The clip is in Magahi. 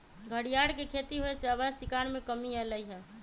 घरियार के खेती होयसे अवैध शिकार में कम्मि अलइ ह